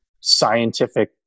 scientific